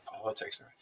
politics